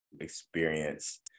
experience